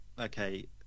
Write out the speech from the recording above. okay